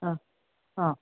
ಆಂ ಹಾಂ